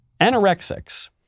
Anorexics